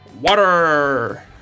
water